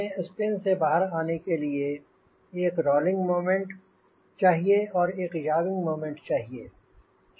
हमें स्पिन से बाहर आने के लिए एक रोलिंग मोमेंट चाहिए और एक याविंग मोमेंट चाहिए